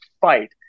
fight